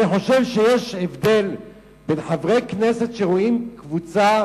אני חושב שיש הבדל בין חברי כנסת שרואים קבוצה,